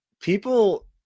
people